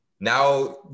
Now